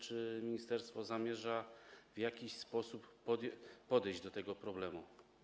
Czy ministerstwo zamierza w jakiś sposób podejść do tego problemu?